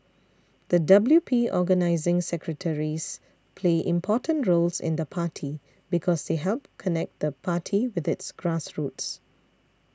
the W P organising secretaries play important roles in the party because they help connect the party with its grassroots